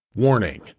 Warning